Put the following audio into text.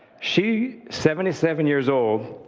she, seventy seven years old.